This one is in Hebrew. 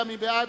מי בעד?